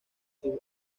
sus